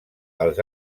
els